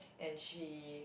and she